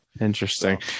Interesting